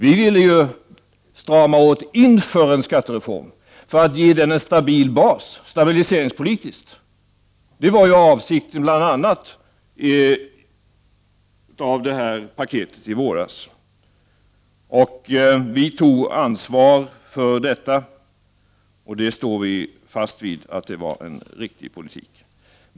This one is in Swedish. Vi ville strama åt inför en skattereform, för att stabiliseringspolitiskt ge den en solid bas. Det var bl.a. detta som var avsikten med paketet i våras. Vi tog ansvar för detta, och vi står fast vid att det var en riktig politik.